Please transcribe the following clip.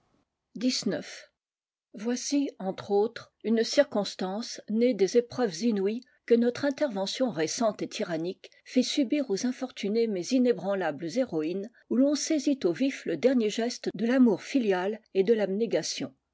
voici entre autres une circonstance née des épreuves inouïes que notre intervention récente et tyrannique fait subir aux infortunées mais inébranlables héroïnes oii l'on saisit au vif le dernier geste de l'amour filial et de l'abnégation